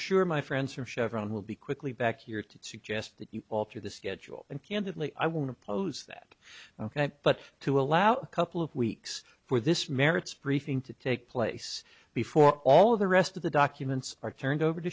sure my friends from chevron will be quickly back here to suggest that you alter the schedule and candidly i won't oppose that ok but to allow a couple of weeks for this merits briefing to take place before all of the rest of the documents are turned over to